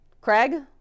Craig